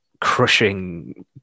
crushing